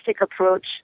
approach